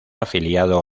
afiliado